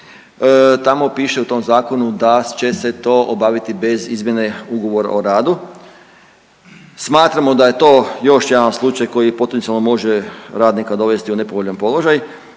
Tamo piše u tom zakonu da će se to obaviti bez izmjene ugovora o radu. Smatramo da je to još jedan slučaj koji potencijalno može radnika dovesti u nepovoljan položaj